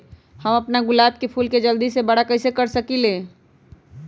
हम अपना गुलाब के फूल के जल्दी से बारा कईसे कर सकिंले?